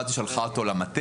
ואז היא שלחה אותה למטה,